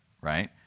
right